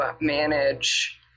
manage